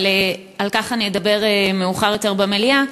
אבל על כך אני אדבר מאוחר יותר במליאה.